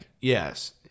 Yes